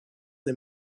des